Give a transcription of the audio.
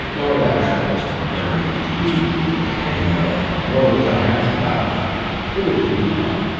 lord ashiel referred me to you for the name of a rose i asked about, but it will do to-morrow